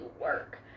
work